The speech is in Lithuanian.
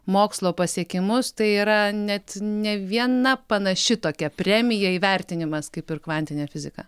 mokslo pasiekimus tai yra net ne viena panaši tokia premija įvertinimas kaip ir kvantinė fizika